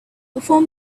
before